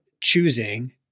choosing